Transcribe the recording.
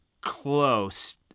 close